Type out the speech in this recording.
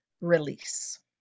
release